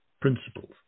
principles